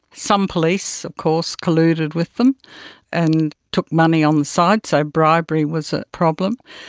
some police of course colluded with them and took money on the side, so bribery was a problem.